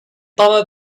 bomber